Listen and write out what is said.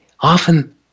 often